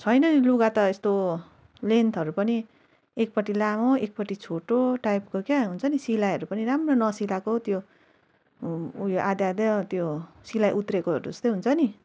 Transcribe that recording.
छैन नि लुगा त यस्तो लेन्थहरू पनि एकपट्टि लामो एकपट्टि छोटो टाइपको क्या हुन्छ नि सिलाइहरू पनि राम्रो नसिलाको त्यो उयो आधा आधा त्यो सिलाइ उत्रेकोहरू जस्तै हुन्छ नि